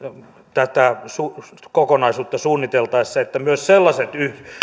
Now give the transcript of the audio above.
tätä kokonaisuutta suunniteltaessa että myös sellaiset